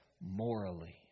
morally